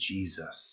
Jesus